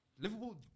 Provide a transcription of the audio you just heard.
Liverpool